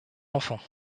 enfants